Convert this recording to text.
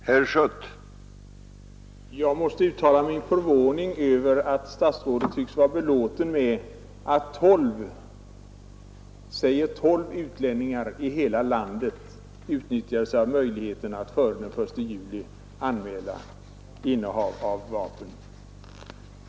Herr talman! Jag måste uttala min förvåning över att statsrådet tycks vara belåten med att tolv, säger tolv, utlänningar i hela landet utnyttjat möjligheten att före den 1 juli anmäla innehav av vapen.